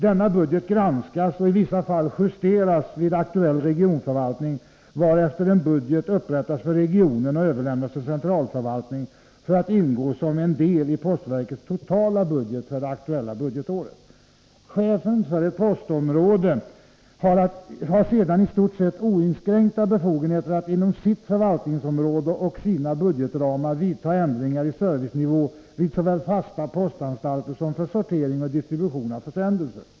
Denna budget granskas, och justeras i vissa fall vid aktuell regionförvaltning, varefter en budget upprättas för regionen och Ny organisation för överlämnas till centralförvaltningen för att ingå som en del i postverkets postverket totala budget för det aktuella budgetåret. Chefen för ett postområde har sedan i stort sett oinskränkta befogenheter att inom sitt förvaltningsområde och sina budgetramar vidta ändringar i servicenivån såväl vid fasta postanstalter som för sortering och distribution av försändelser.